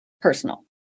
Personal